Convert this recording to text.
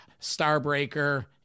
Starbreaker